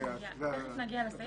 תיכף נגיע לסעיף.